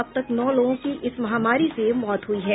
अब तक नौ लोगों की इस महामारी से मौत हुई है